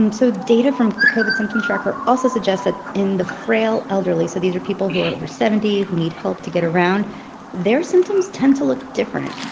um so data from the covid symptom tracker also suggests that in the frail elderly so these are people who are over seventy who need help to get around their symptoms tend to look different.